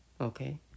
okay